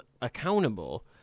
accountable